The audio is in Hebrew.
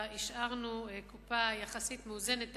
השארנו קופה יחסית מאוזנת תקציבית,